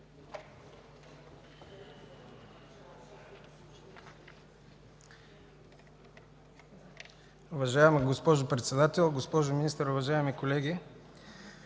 Уважаема госпожо Председател, госпожо Министър, уважаеми колеги!